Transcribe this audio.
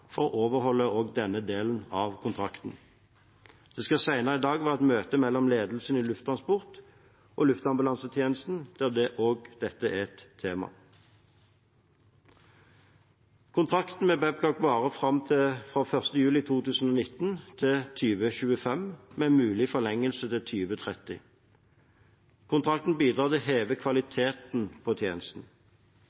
for å overholde også denne delen av kontrakten. Det skal senere i dag være et møte mellom ledelsene i Lufttransport og Luftambulansetjenesten der også dette er et tema. Kontrakten med Babcock varer fra l. juli 2019 til 2025, med mulig forlengelse til 2030. Kontrakten bidrar til å heve